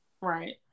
right